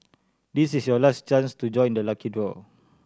this is your last chance to join the lucky draw